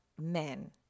men